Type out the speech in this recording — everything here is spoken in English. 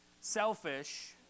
Selfish